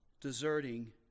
deserting